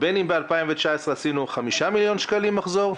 בין אם ב-2019 עשינו חמישה מיליון שקלים מחזור,